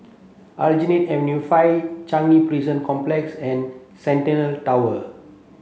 Aljunied Avenue five Changi Prison Complex and Centennial Tower